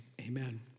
Amen